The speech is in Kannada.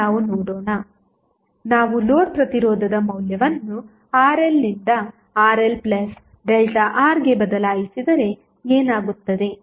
ಈಗ ನಾವು ನೋಡೋಣ ನಾವು ಲೋಡ್ ಪ್ರತಿರೋಧದ ಮೌಲ್ಯವನ್ನು RL ನಿಂದ RLΔR ಗೆ ಬದಲಾಯಿಸಿದರೆ ಏನಾಗುತ್ತದೆ